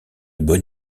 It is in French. bon